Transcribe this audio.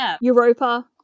Europa